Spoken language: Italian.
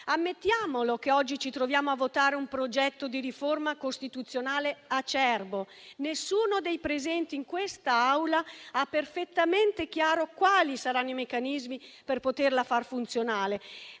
Ammettiamolo che oggi ci troviamo a votare un progetto di riforma costituzionale acerbo. Nessuno dei presenti in quest'Aula ha perfettamente chiaro quali saranno i meccanismi per poterlo far funzionare